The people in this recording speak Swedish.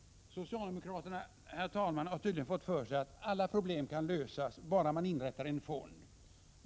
Socialdemokraterna har tydligen fått för sig att alla problem kan lösas bara man inrättar en fond.